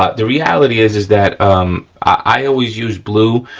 ah the reality is is that i always use blue.